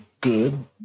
good